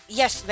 yes